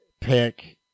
pick